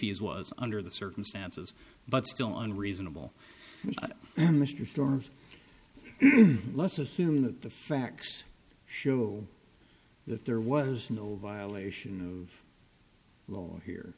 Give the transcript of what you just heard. as was under the circumstances but still on reasonable mr storms let's assume that the facts show that there was no violation and lower here